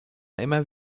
immer